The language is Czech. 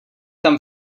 tam